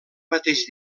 mateix